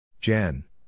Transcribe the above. Jan